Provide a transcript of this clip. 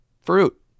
fruit